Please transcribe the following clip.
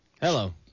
Hello